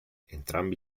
entrambi